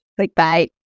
clickbait